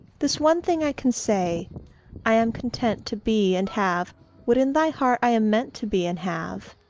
this one thing i can say i am content to be and have what in thy heart i am meant to be and have.